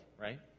right